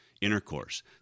intercourse